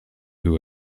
who